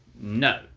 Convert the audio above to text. No